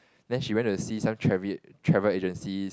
then she went to see some trave~ travel agencies